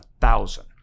thousand